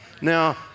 Now